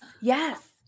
Yes